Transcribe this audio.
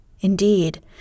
Indeed